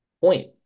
point